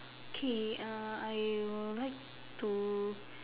okay uh I will like to